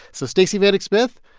so stacey vanek smith.